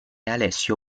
alessio